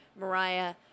Mariah